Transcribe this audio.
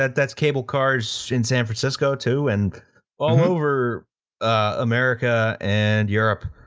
that's cable cars in san francisco too, and all over america and europe.